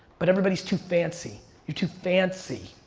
but everybody's too fancy. you're too fancy.